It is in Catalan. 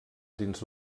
dins